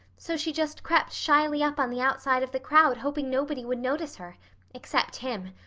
so she just crept shyly up on the outside of the crowd, hoping nobody would notice her except him.